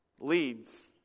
leads